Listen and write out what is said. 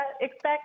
expect